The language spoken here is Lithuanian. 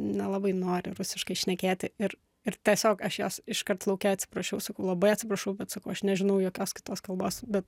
nelabai nori rusiškai šnekėti ir ir tiesiog aš jos iškart lauke atsiprašiau sakau labai atsiprašau bet sakau aš nežinau jokios kitos kalbos bet